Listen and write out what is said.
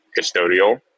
custodial